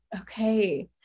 Okay